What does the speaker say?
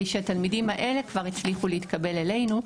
שהתלמידים האלו כבר הצליחו להתקבל אלינו,